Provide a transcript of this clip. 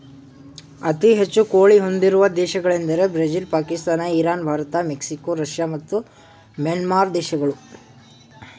ಅತಿ ಹೆಚ್ಚು ಕೋಳಿ ಹೊಂದಿರುವ ದೇಶಗಳೆಂದರೆ Brazil Pakistan Iran Bharat Mexico Russia ಮತ್ತು ಮ್ಯಾನ್ಮಾರ್ ದೇಶಗಳು